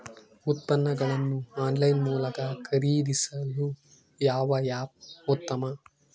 ಉತ್ಪನ್ನಗಳನ್ನು ಆನ್ಲೈನ್ ಮೂಲಕ ಖರೇದಿಸಲು ಯಾವ ಆ್ಯಪ್ ಉತ್ತಮ?